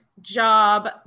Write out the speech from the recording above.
job